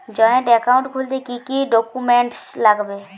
Joint account খুলতে কি কি ডকুমেন্টস লাগবে?